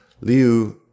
Liu